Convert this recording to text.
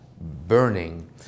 burning